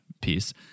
piece